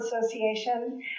association